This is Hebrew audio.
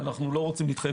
רואים פה את התועלות